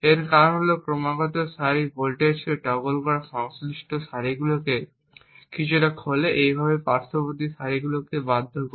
এর কারণ হল ক্রমাগত সারি ভোল্টেজকে টগল করা সংলগ্ন সারিগুলিকে কিছুটা খোলে এইভাবে পার্শ্ববর্তী সারিগুলিকে বাধ্য করে